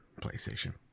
PlayStation